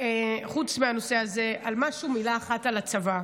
חוץ מהנושא הזה, מילה אחת על הצבא.